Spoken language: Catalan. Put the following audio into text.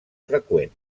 freqüent